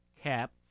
cap